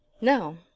no